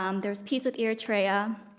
um there was peace with eritrea.